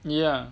yeah